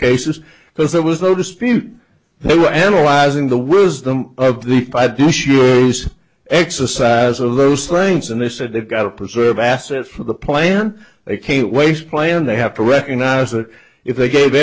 cases because there was no dispute they were analyzing the wisdom of the five exercise a loose lanes and they said they've got to preserve assets for the plan they can't waste plan they have to recognize that if they gave